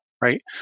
right